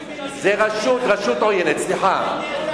זה רשות, רשות עוינת, סליחה.